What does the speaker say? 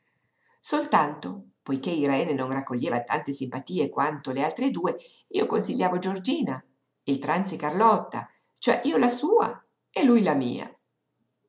soltanto poiché irene non raccoglieva tante simpatie quanto le altre due io consigliavo giorgina il tranzi carlotta cioè io la sua e lui la mia